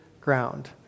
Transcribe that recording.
ground